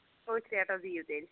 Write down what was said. أتھۍ ریٹَس دِیو تیٚلہِ